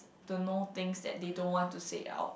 to know things that they don't want to say out